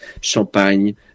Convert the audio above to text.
Champagne